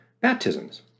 baptisms